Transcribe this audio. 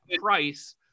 price